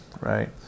right